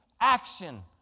action